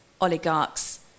oligarchs